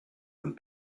and